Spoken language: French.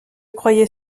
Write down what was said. croyait